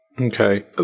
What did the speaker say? Okay